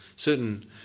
Certain